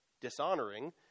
dishonoring